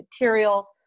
material